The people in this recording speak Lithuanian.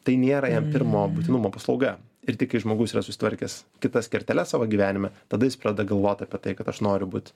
tai nėra jam pirmo būtinumo paslauga ir tik kai žmogus yra susitvarkęs kitas kerteles savo gyvenime tada jis pradeda galvoti apie tai kad aš noriu būt